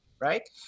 right